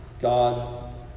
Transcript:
God's